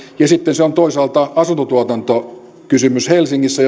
sitten se on toisaalta asuntotuotantokysymys helsingissä